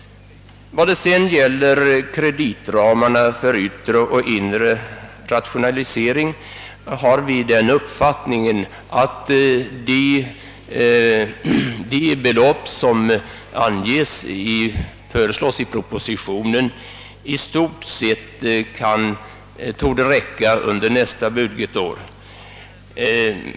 När det sedan gäller kreditramarna för yttre och inre rationalisering torde de belopp som föreslås i propositionen i stort sett räcka under nästa budgetår.